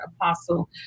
Apostle